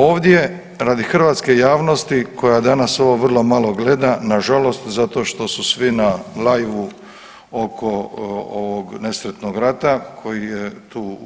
Ovdje radi hrvatske javnosti koja danas ovo vrlo malo gleda, nažalost zato što su svi na liveu oko ovog nesretnog rata koji je tu